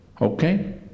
okay